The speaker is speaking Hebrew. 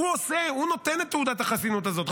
הוא נותן את תעודת החסינות הזאת,